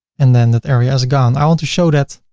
and then that area is gone. i want to show that